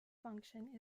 function